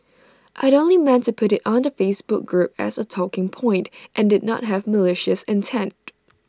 I'd only meant to put IT on the Facebook group as A talking point and did not have malicious intent